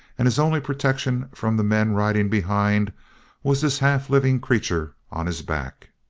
and his only protection from the men riding behind was this half-living creature on his back.